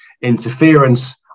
interference